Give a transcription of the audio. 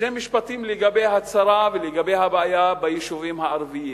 שני משפטים לגבי הצרה ולגבי הבעיה ביישובים הערביים.